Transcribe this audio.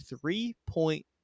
three-point